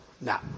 Now